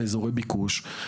באזורי ביקוש,